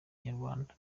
nyarwanda